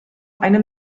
eine